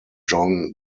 john